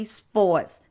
sports